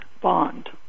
Bond